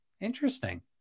Interesting